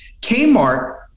Kmart